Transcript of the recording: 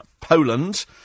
Poland